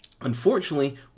unfortunately